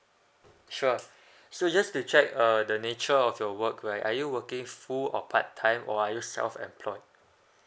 sure so just to check uh the nature of your work right are you working full or part time or are you self employed